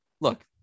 Look